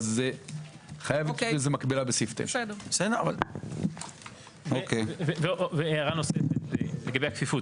אבל חייב לזה מקבילה בסעיף 9. הערה נוספת לגבי הכפיפות.